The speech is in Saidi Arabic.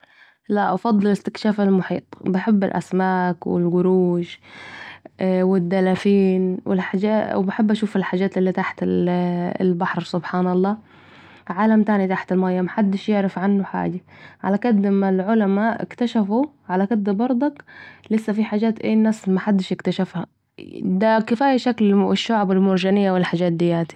لأ افضل استكشاف المحيط بحب الأسماك و القروش و الدلافين و بحب اشوف الحجات الي تحت البحر سبحان الله عالم تاني تحت الميه محدش يعرف عنه حاجه على كد ما العلماء اكتشفوا على كد برضك لسه في حجات ايه الناس محدش اكتشفها ، دا كفايه شكل الشعب المرجانية و الحجات دياتي